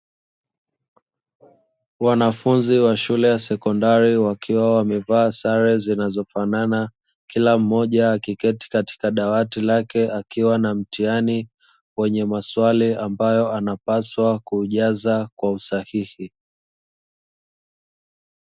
Wanafunzi wa shule ya sekondari, wakiwa wamevaa sare zinazofanana kila mmoja akiketi katika dawati lake, akiwa na mtihani wenye maswali ambayo anapaswa kujaza kwa usahihi.